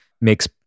makes